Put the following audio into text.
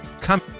Come